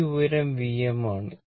ഈ ഉയരം Vm ആണ്